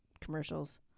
commercials